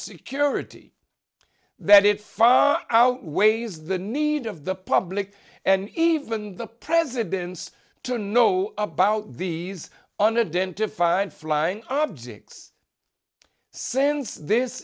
security that if outweighs the need of the public and even the presidents to know about these under dent to find flying objects since this